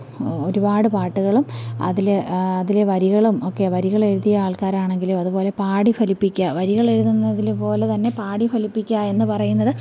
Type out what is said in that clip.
ഒരുപാട് പാട്ടുകളും അതിലെ അതിലെ വരികളും ഒക്കെ വരികൾ എഴുതിയ ആൾക്കാരാണെങ്കിലും അതുപോലെ പാടി ഫലിപ്പിക്കുക വരികൾ എഴുതുന്നതില് പോലെ തന്നെ പാടി ഫലിപ്പിക്കുക എന്ന് പറയുന്നത്